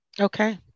Okay